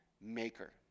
maker